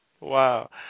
Wow